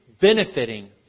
benefiting